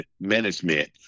management